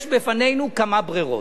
יש בפנינו כמה ברירות: